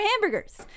hamburgers